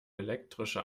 elektrische